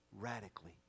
radically